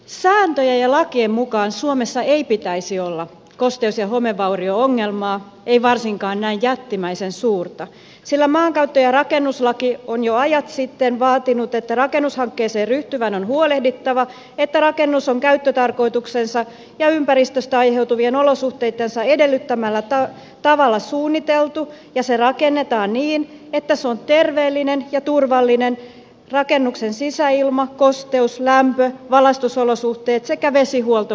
sääntöjen ja lakien mukaan suomessa ei pitäisi olla kosteus ja homevaurio ongelmaa ei varsinkaan näin jättimäisen suurta sillä maankäyttö ja rakennuslaki on jo ajat sitten vaatinut että rakennushankkeeseen ryhtyvän on huolehdittava että rakennus on käyttötarkoituksensa ja ympäristöstä aiheutuvien olosuhteittensa edellyttämällä tavalla suunniteltu ja se rakennetaan niin että se on terveellinen ja turvallinen rakennuksen sisäilma kosteus lämpö valaistusolosuhteet sekä vesihuolto huomioon ottaen